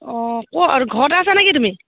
অঁ ক' ঘৰতে আছানে কি তুমি